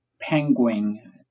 Penguin